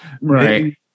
right